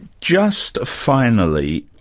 just finally,